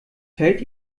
fällt